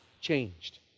changed